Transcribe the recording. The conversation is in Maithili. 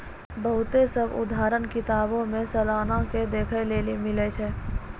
बहुते सभ उदाहरण किताबो मे सलाना के देखै लेली मिलै छै